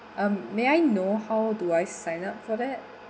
um may I know how do I sign up for that